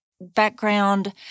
background